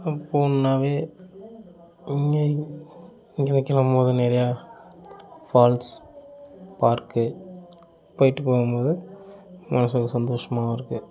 அப்போதுன்னாவே இங்கே இங்கே வைக்கிற போது நிறையா ஃபால்ஸ் பார்க்கு போயிட்டு போகும்போது மனதுக்கு சந்தோஷமாகவும் இருக்குது